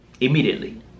immediately